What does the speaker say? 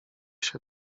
się